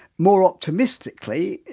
more optimistically,